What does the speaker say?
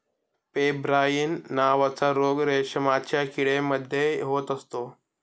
pebrine नावाचा रोग रेशमाच्या किडे मध्ये होत असतो